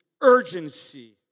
urgency